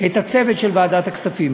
את הצוות של ועדת הכספים,